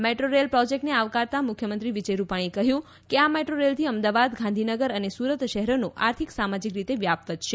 metro rail પ્રોજેક્ટને આવકારતા મુખ્યમંત્રી વિજય રૂપાણીએ કહ્યું કે આ મેટ્રો રેલથી અમદાવાદ ગાંધીનગર અને સુરત શહેરોનો આર્થિક સામાજીક રીતે વ્યાપ વધશે